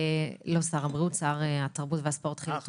לא שר הבריאות, שר התרבות והספורט חילי טרופר,